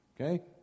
Okay